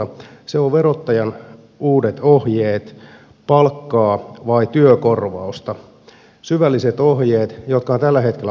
se on verottajan uudet ohjeet palkkaa vai työkorvausta syvälliset ohjeet jotka ovat tällä hetkellä lausuntokierroksella